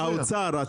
האוצר,